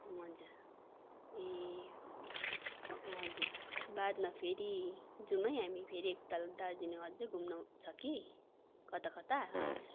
हजुर ए हजुर बादमा फेरि जाऊँ है हामी फेरि एकताल दार्जिलिङ अझ घुम्नु छ कि कता कता हजुर